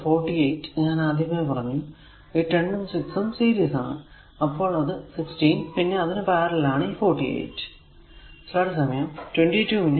ഇത് 48 ഞാൻ ആദ്യമേ പറഞ്ഞു ഈ 10 ഉം 6 ഉം സീരീസ് ആണ് അപ്പോൾ അത് 16 പിന്നെ അതിനു പാരലൽ ആണ് ഈ 48